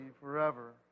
forever